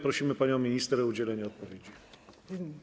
Prosimy panią minister o udzielenie odpowiedzi.